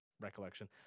recollection